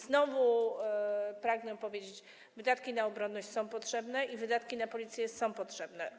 Znowu pragnę powiedzieć, że wydatki na obronność są potrzebne i wydatki na Policję są potrzebne.